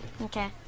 Okay